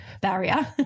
barrier